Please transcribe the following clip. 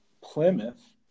Plymouth